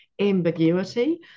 ambiguity